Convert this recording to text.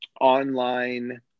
online